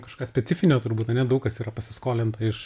kažką specifinio turbūt ane daug kas yra pasiskolinta iš